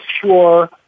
sure